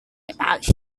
about